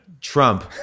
Trump